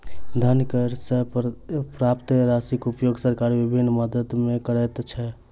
धन कर सॅ प्राप्त राशिक उपयोग सरकार विभिन्न मद मे करैत छै